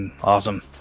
awesome